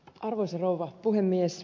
arvoisa rouva puhemies